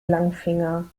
langfinger